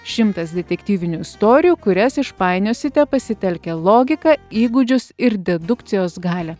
šimtas detektyvinių istorijų kurias išpainiosite pasitelkę logiką įgūdžius ir dedukcijos galią